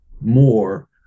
more